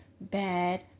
bad